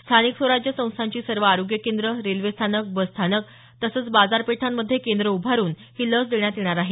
स्थानिक स्वराज्य संस्थांची सर्व आरोग्य केंद्रं रेल्वेस्थानक बसस्थानक तसंच बाजारपेठांमध्ये केंद्र उभारून ही लस देण्यात येणार आहे